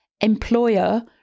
employer